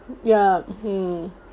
ya mm